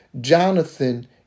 Jonathan